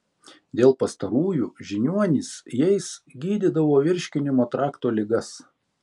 dėl pastarųjų žiniuonys jais gydydavo virškinimo trakto ligas